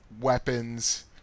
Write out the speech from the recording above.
weapons